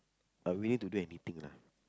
I willing to do anything lah